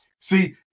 See